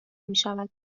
میشود